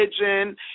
Religion